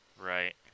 Right